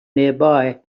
nearby